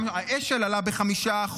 גם האשל אלה ב-5%,